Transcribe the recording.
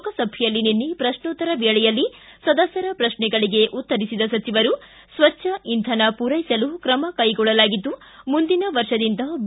ಲೋಕಸಭೆಯಲ್ಲಿ ನಿನ್ನೆ ಪ್ರಶ್ನೋತ್ತರ ವೇಳೆಯಲ್ಲಿ ಸದಸ್ಕರ ಪ್ರಶ್ನೆಗಳಿಗೆ ಉತ್ತರಿಸಿದ ಸಚವರು ಸ್ವಜ್ಞ ಇಂಧನ ಪೂರೈಸಲು ತ್ರಮ ಕೈಗೊಳ್ಳಲಾಗಿದ್ದು ಮುಂದಿನ ವರ್ಷದಿಂದ ಬಿ